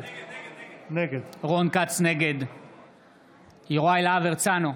נגד יוראי להב הרצנו,